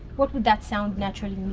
what would that sound naturally